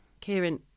Kieran